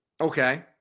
Okay